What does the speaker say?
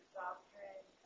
doctrine